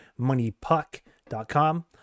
MoneyPuck.com